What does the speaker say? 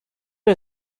you